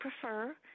prefer